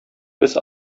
без